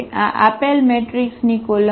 આ આપેલ મેટ્રિક્સની કોલમ છે